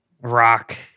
rock